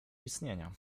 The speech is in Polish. istnienia